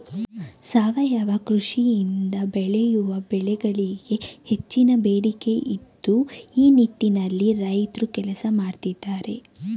ಸಾವಯವ ಕೃಷಿಯಿಂದ ಬೆಳೆಯುವ ಬೆಳೆಗಳಿಗೆ ಹೆಚ್ಚಿನ ಬೇಡಿಕೆ ಇದ್ದು ಈ ನಿಟ್ಟಿನಲ್ಲಿ ರೈತ್ರು ಕೆಲಸ ಮಾಡತ್ತಿದ್ದಾರೆ